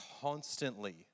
constantly